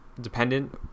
dependent